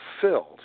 filled